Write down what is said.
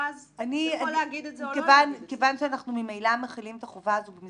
המכרז יכול להגיד את זה או לא להגיד את זה.